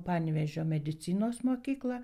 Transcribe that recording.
panevėžio medicinos mokyklą